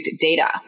data